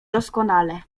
doskonale